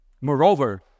Moreover